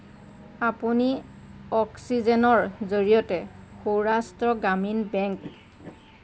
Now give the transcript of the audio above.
আপুনি অক্সিজেনৰ জৰিয়তে সৌৰাষ্ট্ৰ গ্ৰামীণ বেংকত